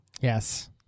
Yes